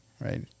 right